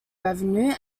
revenue